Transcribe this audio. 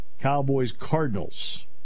Cowboys-Cardinals